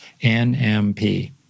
NMP